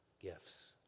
gifts